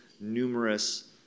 numerous